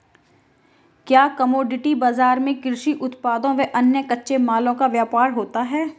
क्या कमोडिटी बाजार में कृषि उत्पादों व अन्य कच्चे मालों का व्यापार होता है?